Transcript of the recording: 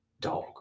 dog